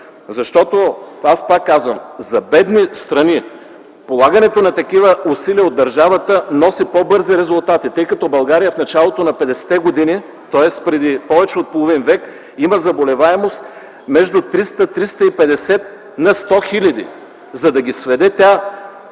Аз пак казвам, за бедни страни полагането на такива усилия от държавата носи по бързи резултати. В България в началото на 50 години, тоест преди повече от половин век, има заболеваемост между 300-350 на сто хиляди и за да ги сведе тя